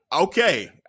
okay